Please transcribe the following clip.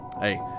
Hey